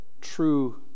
true